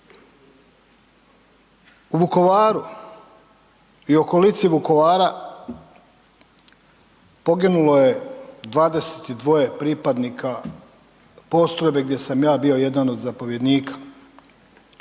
U Vukovaru i okolici Vukovara poginulo je 22 pripadnika postrojbe gdje sam ja bio jedan od zapovjednika.